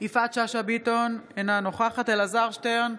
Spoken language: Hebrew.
יפעת שאשא ביטון, אינה נוכחת אלעזר שטרן,